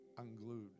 unglued